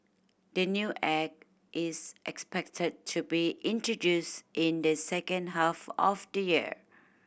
the new Act is expected to be introduced in the second half of the year